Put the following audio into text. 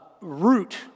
root